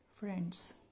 friends